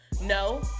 No